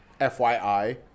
FYI